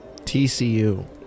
TCU